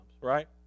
right